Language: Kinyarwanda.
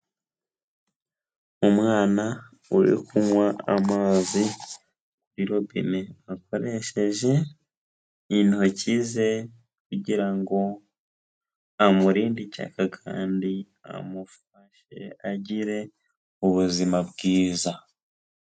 Umwana uri kunywa amazi kuri robine akoresheje intoki ze kugira ngo amurinde icyaka kandi amufashe agire ubuzima bwiza.